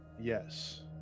Yes